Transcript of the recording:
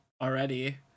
already